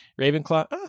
Ravenclaw